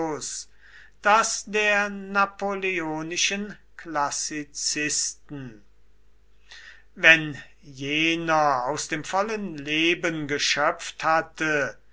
das der napoleonischen klassizisten wenn jener aus dem vollen leben geschöpft hatte